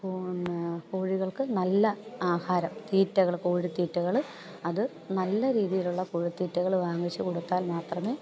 പിന്നെ കോഴികൾക്ക് നല്ല ആഹാരം തീറ്റകൾ കോഴി തീറ്റകൾ അത് നല്ല രീതിയിലുള്ള കോഴി തീറ്റകൾ വാങ്ങിച്ചു കൊടുത്താൽ മാത്രമേ